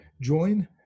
join